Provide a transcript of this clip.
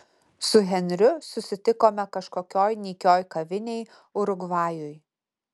su henriu susitikome kažkokioj nykioj kavinėj urugvajui